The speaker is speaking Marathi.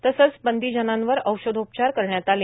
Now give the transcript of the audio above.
तसेच बंदीजनांवर औषधोपचार करण्यात आले